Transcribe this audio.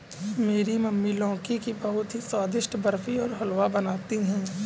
मेरी मम्मी लौकी की बहुत ही स्वादिष्ट बर्फी और हलवा बनाती है